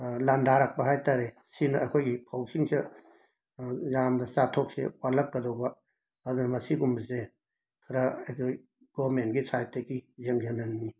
ꯂꯥꯟꯗꯥꯔꯛꯄ ꯍꯥꯏꯇꯥꯔꯦ ꯁꯤꯅ ꯑꯩꯈꯣꯏꯒꯤ ꯐꯧꯁꯤꯡꯁꯦ ꯌꯥꯝꯅ ꯆꯥꯊꯣꯛꯁꯤ ꯋꯥꯠꯂꯛꯀꯗꯧꯕ ꯑꯗꯨꯅ ꯃꯁꯤꯒꯨꯝꯕꯁꯦ ꯈꯔ ꯑꯩꯈꯣꯏ ꯒꯣꯃꯦꯟꯒꯤ ꯁꯥꯏꯠꯇꯒꯤ ꯌꯦꯡꯁꯤꯟꯍꯟꯅꯤꯡꯏ